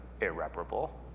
irreparable